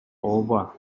ооба